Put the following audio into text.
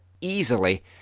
easily